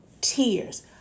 tears